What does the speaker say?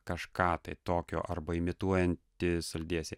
kažką tai tokio arba imituojantį saldėsį